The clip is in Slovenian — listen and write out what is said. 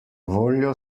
voljo